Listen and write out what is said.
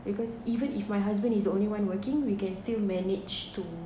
because even if my husband he's the only one working we can still manage to